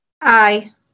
Aye